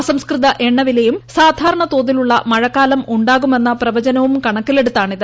അസംസ്കൃത എണ്ണുവിലയും സാധാരണ തോതിലുള്ള മഴക്കാലം ഉണ്ടാകുമെന്ന പ്രവൃച്നവും കണക്കിലെടുത്താണിത്